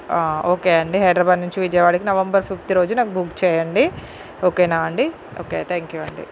ఆ ఓకే అండి హైదరాబాద్ నుంచి విజయవాడకి నవంబర్ ఫిఫ్త్ రోజు నాకు బుక్ చేయండి ఓకేనా అండి ఓకే థాంక్యూ అండి